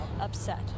UPSET